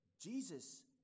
Jesus